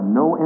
no